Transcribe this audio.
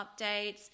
updates